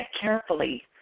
carefully